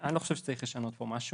אני לא חושב שצריך לשנות פה משהו.